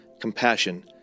compassion